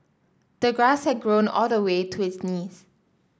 the grass had grown all the way to his knees